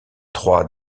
trois